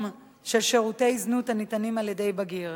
של שירותי זנות הניתנים על-ידי בגיר,